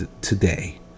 today